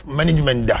management